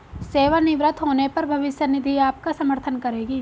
सेवानिवृत्त होने पर भविष्य निधि आपका समर्थन करेगी